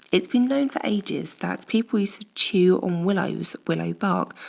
it's been known for ages that people used to chew on willows, willow bark,